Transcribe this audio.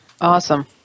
Awesome